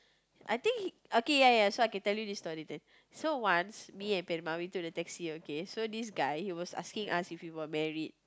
I think okay ya ya so I can tell you this story then so once we and grandma we took the taxi okay so this guy he was asking us if we were married